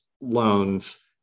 loans